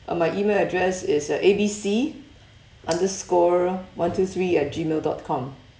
uh my email address is uh A B C underscore one two three at gmail dot com